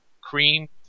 cream